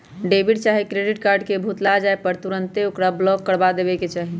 debit चाहे credit card के भुतला जाय पर तुन्ते ओकरा ब्लॉक करबा देबेके चाहि